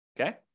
Okay